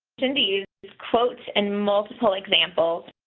in these quotes and multiple examples.